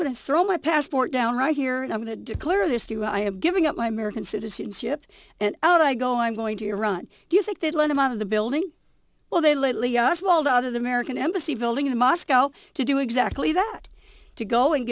going to throw my passport down right here and i'm going to declare this through i have given up my american citizenship and out i go i'm going to run do you think they'd let him out of the building well they lately us walled out of the american embassy building in moscow to do exactly that to go and